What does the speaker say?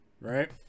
right